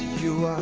you